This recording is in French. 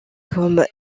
comme